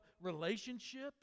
relationships